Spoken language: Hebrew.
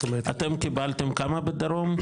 זאת אומרת --- אתם קיבלתם כמה בדרום וירושלים?